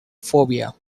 phobia